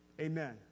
Amen